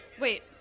Wait